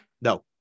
No